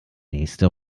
nächste